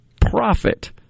profit